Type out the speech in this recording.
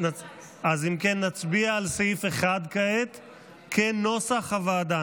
אז אם כן, נצביע על סעיף 1 כנוסח הוועדה כעת.